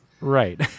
Right